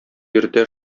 иртә